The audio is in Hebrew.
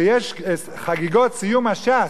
שיש חגיגות סיום הש"ס,